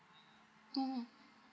(uh huh)